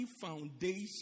foundation